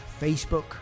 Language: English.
Facebook